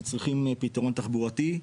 שצריכים פתרון תחבורתי.